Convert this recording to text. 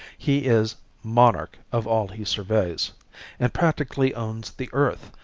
he is monarch of all he surveys and practically owns the earth,